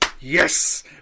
Yes